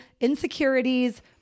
insecurities